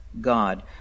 God